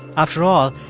after all,